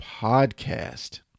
Podcast